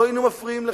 לא היינו מפריעים לך.